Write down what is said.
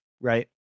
right